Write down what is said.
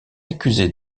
accusée